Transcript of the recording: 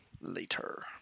later